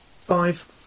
Five